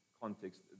context